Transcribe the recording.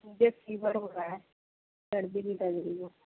مجھے فیور ہو رہا ہے سردی بھی لگ رہی ہے